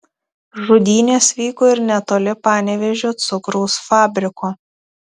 žudynės vyko ir netoli panevėžio cukraus fabriko